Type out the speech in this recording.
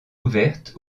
ouverte